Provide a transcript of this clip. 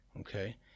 okay